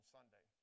Sunday